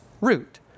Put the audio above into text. Root